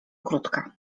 krótka